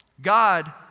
God